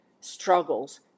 struggles